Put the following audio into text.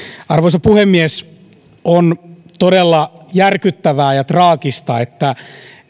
arvoisa puhemies on todella järkyttävää ja traagista että